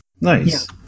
nice